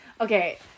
Okay